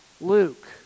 Luke